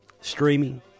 streaming